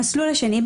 המסלול השני,